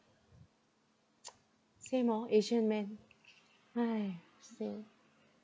same orh asian men !hais! same